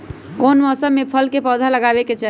कौन मौसम में फल के पौधा लगाबे के चाहि?